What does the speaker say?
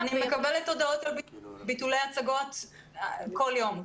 בימים האחרונים אני מקבלת הודעות על ביטולי הצגות כל יום.